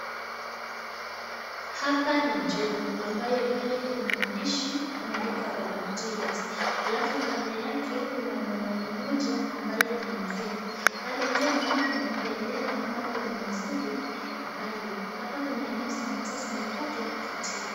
Hapa ni choo, ambayo pale kuna maandishi imeandikwa public toilet ,alafu kando yake kuna mwanaume mmoja ambaye anaingia. Pale tena kuna bendera ama kuna mwavuli pale, hapa kuna nyasi ambazo zimekatwa kuvutia.